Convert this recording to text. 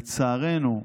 לצערנו,